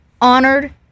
honored